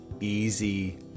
easy